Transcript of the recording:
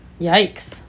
Yikes